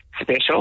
special